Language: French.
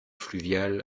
fluviales